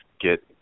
get